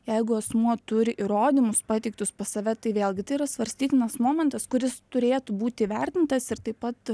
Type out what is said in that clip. jeigu asmuo turi įrodymus pateiktus pas save tai vėlgi tai yra svarstytinas momentas kuris turėtų būti įvertintas ir taip pat